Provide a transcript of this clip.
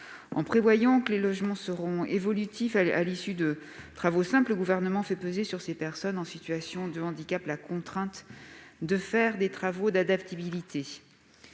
En prévoyant que les logements seront évolutifs à l'issue de travaux simples, le Gouvernement fait peser sur les personnes en situation de handicap la contrainte de devoir réaliser des travaux d'adaptabilité.